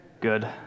Good